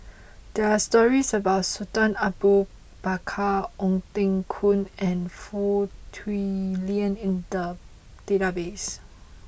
there are stories about Sultan Abu Bakar Ong Teng Koon and Foo Tui Liew in the database